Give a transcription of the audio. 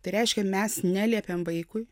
tai reiškia mes neliepiam vaikui